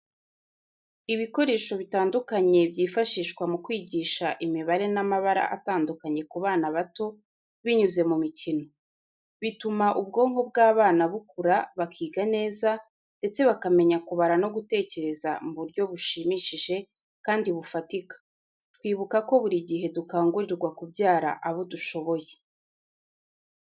Ibikoresho bitandukanye byifashishwa mu kwigisha imibare n’amabara atandukanye ku bana bato, binyuze mu mikino. Bituma ubwonko bw'abana bukura bakiga neza ndetse bakamenya kubara no gutekereza mu buryo bushimishije kandi bufatika. Twibuka ko buri gihe dukangurirwa kubyara abo dushoboye.